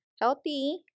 healthy